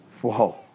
whoa